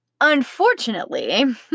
Unfortunately